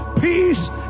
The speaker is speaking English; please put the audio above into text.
peace